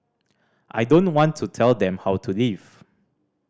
I don't want to tell them how to live